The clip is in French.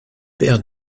père